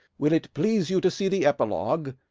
will it please you to see the epilogue,